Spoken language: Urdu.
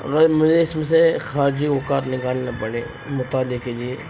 اگر مجھے اس میں سے خارجی اوقات نکالنا پڑے مطالعے کے لیے